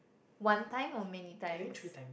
one time or many times